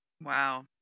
Wow